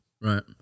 Right